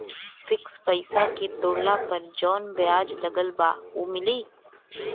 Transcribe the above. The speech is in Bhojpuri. फिक्स पैसा के तोड़ला पर जवन ब्याज लगल बा उ मिली?